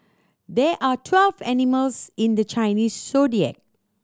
there are twelve animals in the Chinese Zodiac